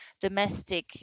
domestic